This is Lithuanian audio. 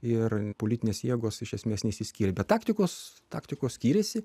ir politinės jėgos iš esmės nesiskyrė bet taktikos taktikos skyrėsi